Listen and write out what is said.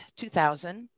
2000